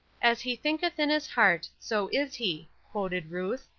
as he thinketh in his heart, so is he quoted ruth.